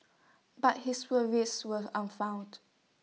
but his worries were an found